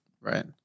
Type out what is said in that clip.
Right